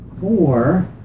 four